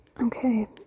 Okay